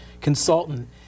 consultant